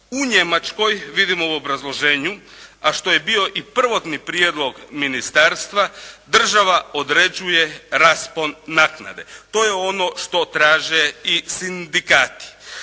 U Njemačkoj vidimo u obrazloženju, a što je bio i prvotni prijedlog ministarstva država određuje raspon naknade. To je ono što traže i sindikati.